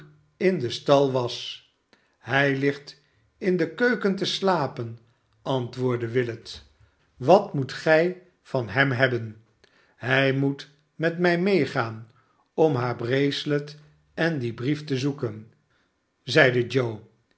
in den stal was hij ligt in de keuken te slapen antwoordde willet wat moet gij van hem hebben hij moet met mij meegaan om naar die bracelet en dien brief te zoeken zeide joe